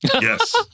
Yes